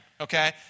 okay